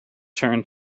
turned